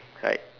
right